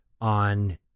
on